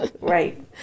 Right